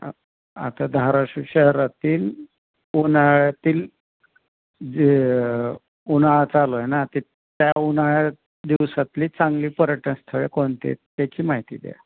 आता धाराशिव शहरातील उन्हाळ्यातील जे उन्हाळा चालू आहे ना ते त्या उन्हाळ्या दिवसातली चांगली पर्यटन स्थळे कोणती आहेत त्याची माहिती द्या